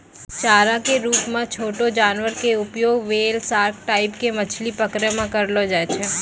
चारा के रूप मॅ छोटो जानवर के उपयोग व्हेल, सार्क टाइप के मछली पकड़ै मॅ करलो जाय छै